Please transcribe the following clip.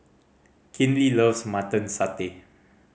Kinley loves Mutton Satay